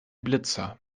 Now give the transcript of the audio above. blitzer